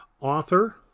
Author